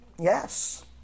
Yes